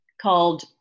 called